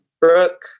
Brooke